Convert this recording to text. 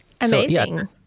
Amazing